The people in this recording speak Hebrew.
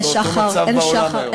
באותו מצב בעולם היום.